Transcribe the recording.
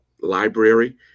library